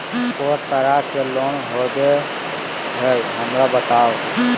को तरह के लोन होवे हय, हमरा बताबो?